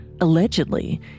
Allegedly